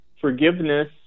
forgiveness